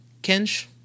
Kenj